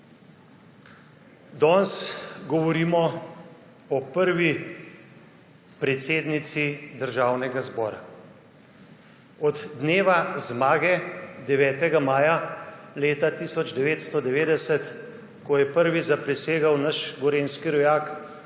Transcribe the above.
Danes govorimo o prvi predsednici Državnega zbora. Od dneva zmage, 9. maja, leta 1990, ko je prvi zaprisegel naš gorenjski rojak